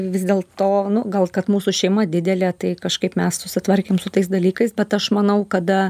vis dėlto nu gal kad mūsų šeima didelė tai kažkaip mes susitvarkėm su tais dalykais bet aš manau kada